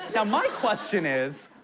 now my question is,